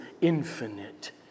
infinite